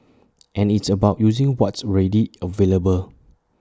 and it's about using what's already available